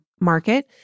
market